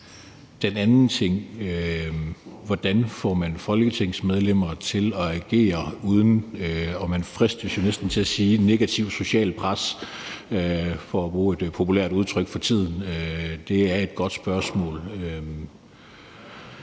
det andet om, hvordan man får folketingsmedlemmerne til at agere uden, man fristes jo næsten til at sige negativt socialt pres, for at bruge et populært udtryk for tiden, vil jeg sige, at det er et godt spørgsmål.